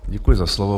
Děkuji za slovo.